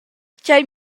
tgei